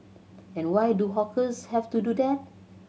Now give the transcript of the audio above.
and why do hawkers have to do that